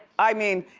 i mean,